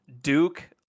duke